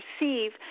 receive